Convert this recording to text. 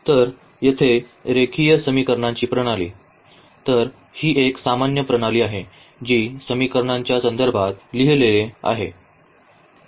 तर येथे रेखीय समीकरणांची प्रणाली तर ही एक सामान्य प्रणाली आहे जी समीकरणाच्या संदर्भात लिहिलेली आहे